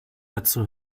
dazu